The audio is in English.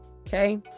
okay